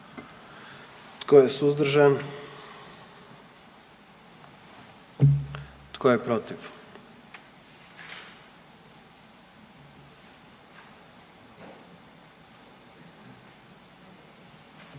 Tko je suzdržan? Tko je protiv?